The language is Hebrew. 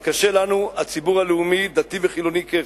קשה לנו, הציבור הלאומי, דתי וחילוני כאחד,